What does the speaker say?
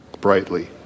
brightly